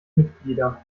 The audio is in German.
mitglieder